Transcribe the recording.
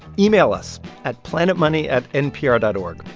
email us at planetmoney at npr dot o r g.